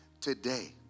Today